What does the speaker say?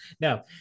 no